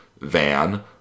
van